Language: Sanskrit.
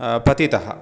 पतितः